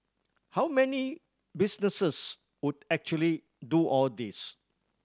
how many business would actually do all this